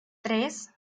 tres